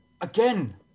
again